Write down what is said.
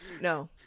no